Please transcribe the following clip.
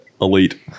elite